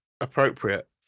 appropriate